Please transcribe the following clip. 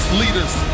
leaders